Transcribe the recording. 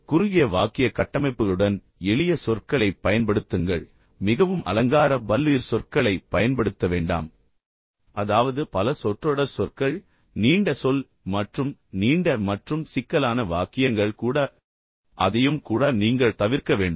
குறுகிய வாக்கிய கட்டமைப்புகளுடன் எளிய சொற்களைப் பயன்படுத்துங்கள் மிகவும் அலங்கார பல்லுயிர் சொற்களை பயன்படுத்தவேண்டாம் அதாவது பல சொற்றொடர் சொற்கள் நீண்ட சொல் மற்றும் நீண்ட மற்றும் சிக்கலான வாக்கியங்கள் கூட அதையும் கூட நீங்கள் தவிர்க்க வேண்டும்